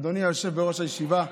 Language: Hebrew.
אדוני היושב בראש הישיבה,